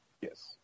yes